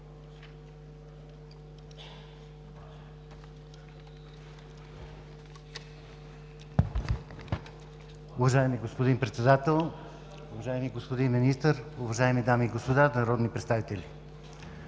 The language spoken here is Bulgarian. Уважаеми господин Председател, уважаеми господин Министър, уважаеми колеги народни представители!